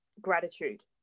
gratitude